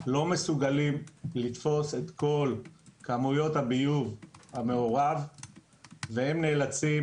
לא מסוגלים לתפוס את כל כמויות הביוב המעורב והם נאלצים